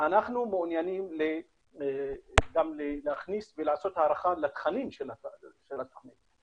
אנחנו מעוניינים להכניס ולעשות הערכה לתכנים של התוכנית.